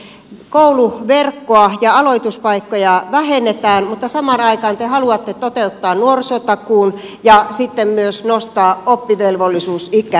te harvennatte kouluverkkoa ja aloituspaikkoja vähennetään mutta samaan aikaan te haluatte toteuttaa nuorisotakuun ja sitten myös nostaa oppivelvollisuusikää